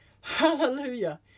Hallelujah